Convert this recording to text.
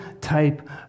type